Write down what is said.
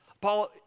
Paul